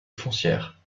foncière